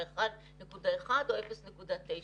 ה-1.1 או 0.9?